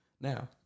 Now